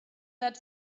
that